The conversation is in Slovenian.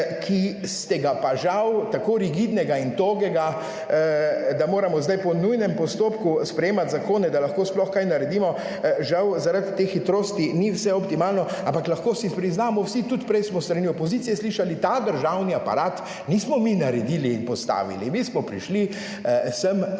ki ste ga pa žal, tako rigidnega in togega, da moramo zdaj po nujnem postopku sprejemati zakone, da lahko sploh kaj naredimo, žal zaradi te hitrosti ni vse optimalno, ampak lahko si priznamo vsi, tudi prej smo s strani opozicije slišali, ta državni aparat nismo mi naredili in postavili, mi smo prišli sem